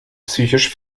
psychisch